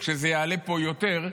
כשזה יעלה פה יותר,